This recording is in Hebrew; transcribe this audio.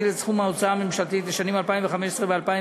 את סכום ההוצאה הממשלתית לשנים 2015 ו-2016.